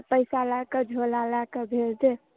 पैसा लय कऽ आ झोला लय कऽ भेज देब